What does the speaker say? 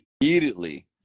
immediately